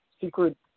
secret